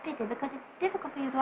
to think of the difficulties